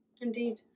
Indeed